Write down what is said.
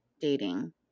dating